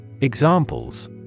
Examples